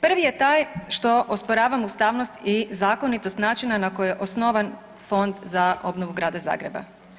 Prvi je taj što osporavam ustavnost i zakonitost načina na koji je osnovan Fonda za obnovu Grada Zagreba.